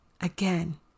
Again